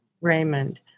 Raymond